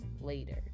later